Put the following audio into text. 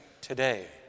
today